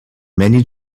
many